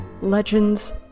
legends